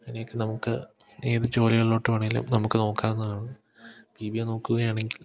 അന്നേക്ക് നമുക്ക് ഏത് ജോലികളിലോട്ട് വേണേലും നമുക്ക് നോക്കാവുന്നതാണ് ബി ബി എ നോക്കുക ആണെങ്കിൽ